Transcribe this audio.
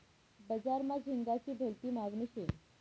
बजार मा झिंगाची भलती मागनी शे